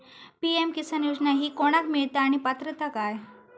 PM किसान योजना ही कोणाक मिळता आणि पात्रता काय?